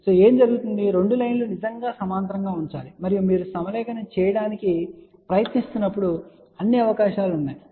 కాబట్టి ఏమి జరుగుతుంది రెండు లైన్ లు నిజంగా ఖచ్చితమైన సమాంతరంగా ఉంచాలి మరియు మీరు సమలేఖనం చేయడానికి ప్రయత్నిస్తున్నప్పుడు అన్ని అవకాశాలు ఉన్నాయి ఇది 0